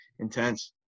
Intense